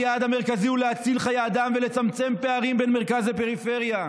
היעד המרכזי הוא להציל חיי אדם ולצמצם פערים בין המרכז לפריפריה.